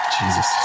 Jesus